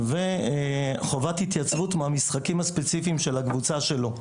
וחובת התייצבות מהמשחקים הספציפיים של הקבוצה שלו.